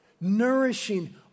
Nourishing